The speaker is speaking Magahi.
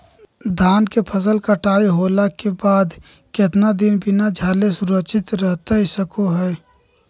धान के फसल कटाई होला के बाद कितना दिन बिना झाड़ले सुरक्षित रहतई सको हय?